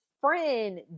friend